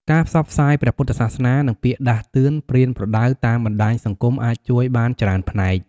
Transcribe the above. ការផ្សព្វផ្សាយព្រះពុទ្ធសាសនា និងពាក្យដាស់តឿនប្រៀនប្រដៅតាមបណ្តាញសង្គមអាចជួយបានច្រើនផ្នែក។